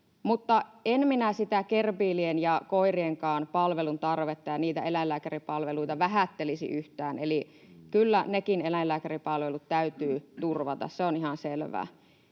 en minä sitä gerbiilien ja koirienkaan palveluntarvetta ja niitä eläinlääkäripalveluita vähättelisi yhtään, eli kyllä nekin eläinlääkäripalvelut täytyy turvata, se on ihan selvää.